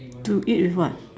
to eat with what